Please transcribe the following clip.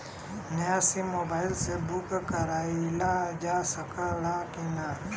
नया sim mobile से book कइलजा सकत ह कि ना?